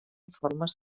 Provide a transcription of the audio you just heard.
formes